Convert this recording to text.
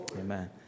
Amen